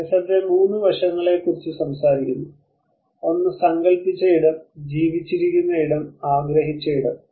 Lefebvre 3 വശങ്ങളെക്കുറിച്ച് സംസാരിക്കുന്നു ഒന്ന് സങ്കൽപ്പിച്ച ഇടം ജീവിച്ചിരിക്കുന്ന സ്ഥലം ആഗ്രഹിച്ച ഇടം